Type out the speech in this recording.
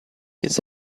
his